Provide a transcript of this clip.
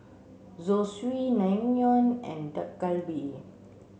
Zosui Naengmyeon and Dak Galbi